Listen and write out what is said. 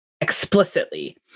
explicitly